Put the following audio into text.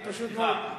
פשוט מאוד,